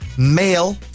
male